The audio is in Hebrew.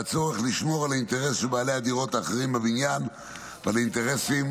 לצורך לשמור על האינטרס של בעלי הדירות האחרים בבניין ועל האינטרסים